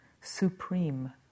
supreme